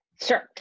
Sure